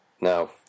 Now